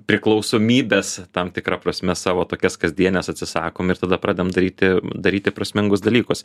priklausomybės tam tikra prasme savo tokias kasdienės atsisakom ir tada pradedam daryti daryti prasmingus dalykus